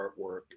artwork